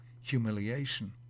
humiliation